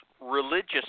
religious